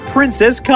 Princess